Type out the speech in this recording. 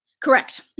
Correct